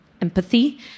empathy